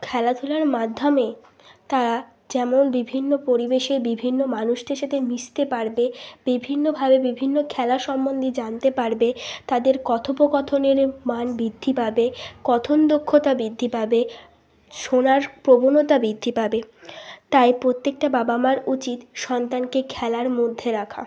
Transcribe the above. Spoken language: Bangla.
খেলাধুলার মাধ্যমে তারা যেমন বিভিন্ন পরিবেশে বিভিন্ন মানুষদের সাথে মিশতে পারবে বিভিন্নভাবে বিভিন্ন খেলা সম্বন্ধে জানতে পারবে তাদের কথোপকথনের মান বৃদ্ধি পাবে কথন দক্ষতা বৃদ্ধি পাবে শোনার প্রবণতা বৃদ্ধি পাবে তাই প্রত্যেকটা বাবা মার উচিত সন্তানকে খেলার মধ্যে রাখা